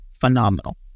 phenomenal